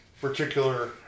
particular